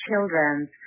children